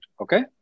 Okay